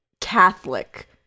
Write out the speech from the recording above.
Catholic